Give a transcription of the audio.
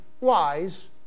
wise